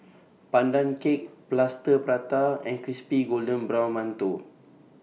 Pandan Cake Plaster Prata and Crispy Golden Brown mantou